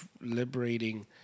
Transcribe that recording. liberating